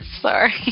Sorry